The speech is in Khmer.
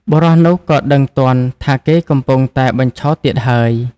បុរសនោះក៏ដឹងទាន់ថាគេកំពុងតែបញ្ឆោតទៀតហើយ។